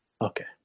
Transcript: Okay